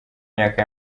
myaka